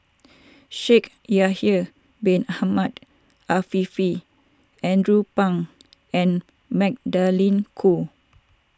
Shaikh Yahya Bin Ahmed Afifi Andrew Phang and Magdalene Khoo